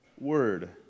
word